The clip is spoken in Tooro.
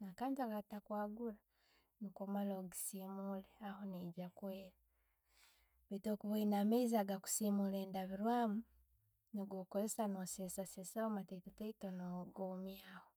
nakantu akatagihagura, niko omale ogisimuule, aho neija kweera. Baitu bwo kuba na amaiizi agakusiimula endabwirramu, nigo okuzesa no' sensasesaho mataito no gomyaho.